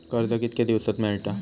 कर्ज कितक्या दिवसात मेळता?